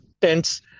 tents